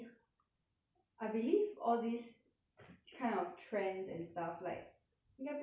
I believe all this kind of trends and stuff like 应该不会红一辈子吧